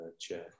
Chair